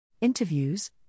Interviews